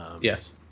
Yes